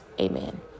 Amen